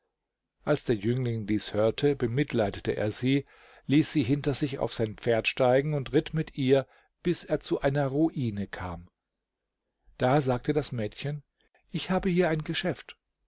als der jüngling dies hörte bemitleidete er sie ließ sie hinter sich auf sein pferd steigen und ritt mit ihr bis er zu einer ruine kam da sagte das mädchen ich habe hier ein geschäft